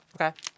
Okay